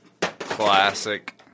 Classic